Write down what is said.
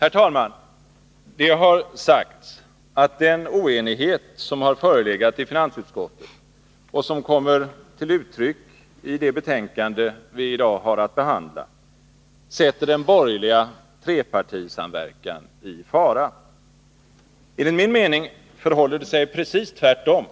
Herr talman! Det har sagts att den oenighet som har förelegat i finansutskottet, och som kommer till uttryck i det betänkande vi i dag har att behandla, sätter den borgerliga trepartisamverkan i fara. Enligt min mening förhåller det sig precis tvärtom.